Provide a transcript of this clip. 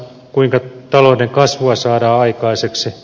kuinka talouden kasvua saadaan aikaiseksi